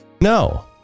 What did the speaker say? No